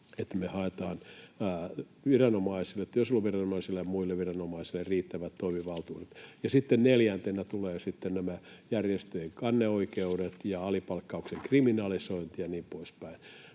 me haetaan työsuojeluviranomaisille ja muille viranomaisille riittävät toimivaltuudet. Sitten neljäntenä tulevat nämä järjestöjen kanneoikeudet ja alipalkkauksen kriminalisointi ja niin poispäin.